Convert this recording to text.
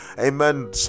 amen